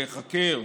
להיחקר?